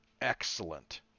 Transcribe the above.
excellent